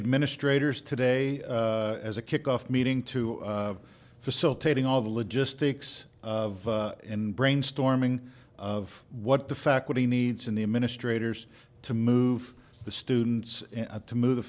administrators today as a kickoff meeting to facilitating all the logistics of brainstorming of what the faculty needs in the administrators to move the students to move the